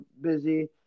busy